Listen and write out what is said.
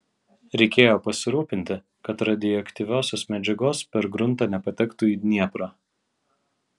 reikėjo pasirūpinti kad radioaktyviosios medžiagos per gruntą nepatektų į dnieprą